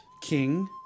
king